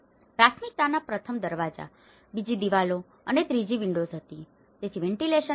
પ્રાથમિકતા પ્રથમ દરવાજા બીજી દિવાલો અને ત્રીજી વિંડોઝ હતી તેથી વેન્ટિલેશન પાસું